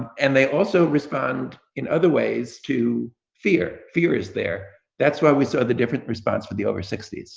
and they also respond in other ways to fear, fear is there, that's why we saw the different response for the over sixty s.